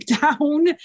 down